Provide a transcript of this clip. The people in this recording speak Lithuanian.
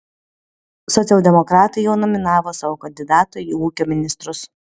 socialdemokratai jau nominavo savo kandidatą į ūkio ministrus